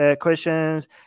questions